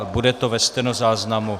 Bude to ve stenozáznamu.